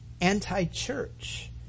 anti-church